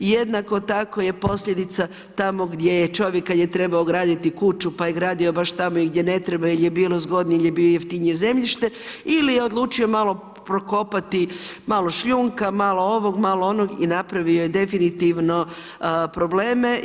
I jednako tako je posljedica tamo gdje je čovjek kada je trebao graditi kuću, pa je gradio baš tamo i gdje ne treba, jer je bilo zgodnije i jer je bilo jeftinije zemljište ili je odlučio malo prokopati, malo šljunka, malo ovog, malo onog i napravio je definitivno probleme.